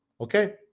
Okay